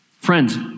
Friends